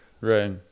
Right